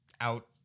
out